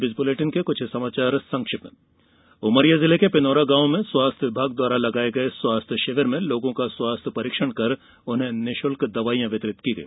अब कुछ समाचार संक्षेप में उमरिया जिले के पिनौरा गांव में स्वास्थ्य विभाग द्वारा लगाये गये स्वास्थ्य शिविर में लोगों का स्वास्थ्य परीक्षण कर उन्हें निःशुल्क दवाईयां वितरित की गई